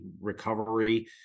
recovery